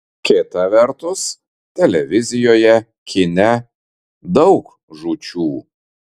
kita vertus televizijoje kine daug žūčių